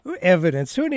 Evidence